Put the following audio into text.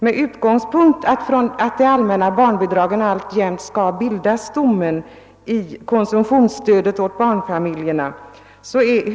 Med utgångspunkt från att de allmänna barnbidragen alltjämt skall bilda stommen i konsumtionsstödet åt barnfamiljerna skall kommittén överväga samhällets totala stöd åt barnfamiljerna.